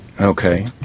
okay